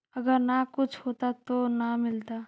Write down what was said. अगर न कुछ होता तो न मिलता?